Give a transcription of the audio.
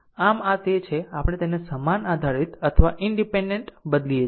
આમ આ તે છે કે આપણે તેને સમાન આધારિત અથવા ઈનડીપેન્ડેન્ટ બદલી શકીએ